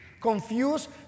Confused